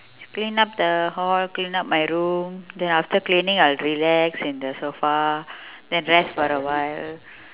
clean up the hall clean up my room then after cleaning I will relax in the sofa then rest for a while